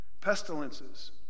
Pestilences